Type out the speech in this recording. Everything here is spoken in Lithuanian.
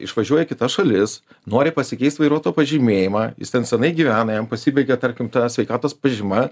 išvažiuoja į kitas šalis nori pasikeist vairuotojo pažymėjimą jis ten senai gyvena jam pasibaigė tarkim sveikatos pažyma